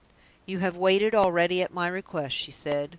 you have waited already at my request, she said.